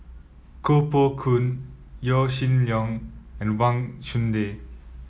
Koh Poh Koon Yaw Shin Leong and Wang Chunde